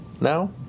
now